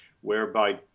whereby